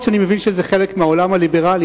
אף-על-פי שאני מבין שזה חלק מהעולם הליברלי.